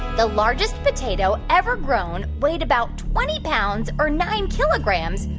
the largest potato ever grown weighed about twenty pounds or nine kilograms,